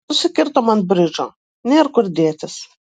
susikirtom ant bridžo nėr kur dėtis